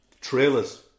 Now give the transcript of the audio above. Trailers